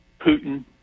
Putin